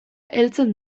heltzen